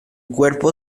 cuerpo